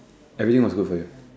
everything was good for you ah